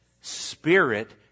spirit